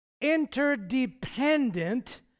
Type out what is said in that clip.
interdependent